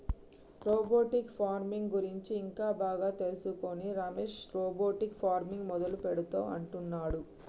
robotic farming గురించి ఇంకా బాగా తెలుసుకొని రమేష్ రోబోటిక్ ఫార్మింగ్ మొదలు పెడుతా అంటున్నాడు